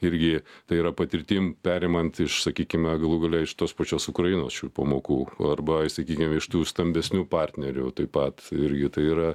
irgi tai yra patirtim perimant iš sakykime galų gale iš tos pačios ukrainos šių pamokų arba sakykime iš tų stambesnių partnerių taip pat irgi tai yra